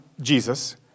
Jesus